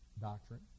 doctrine